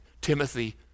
Timothy